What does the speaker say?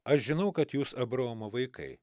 aš žinau kad jūs abraomo vaikai